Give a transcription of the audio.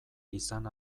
izan